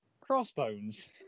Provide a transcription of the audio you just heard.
Crossbones